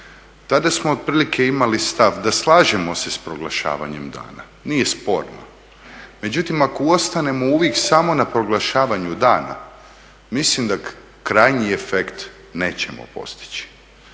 Tada smo otprilike imali stav da slažemo se s proglašavanjem dana, nije sporno, međutim ako uvijek ostanemo samo na proglašavanju dana, mislim da krajnji efekt nećemo postići.